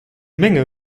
menge